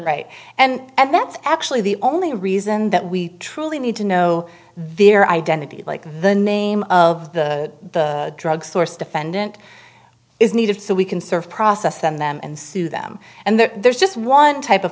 right and that's actually the only reason that we truly need to know vir identity like the name of the drug source defendant is needed so we can serve process them them and sue them and there's just one type of